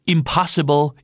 Impossible